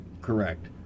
Correct